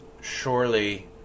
surely